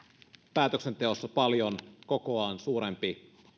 päätöksenteossa paljon kokoaan suurempi